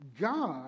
God